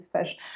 fish